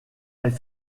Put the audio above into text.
elle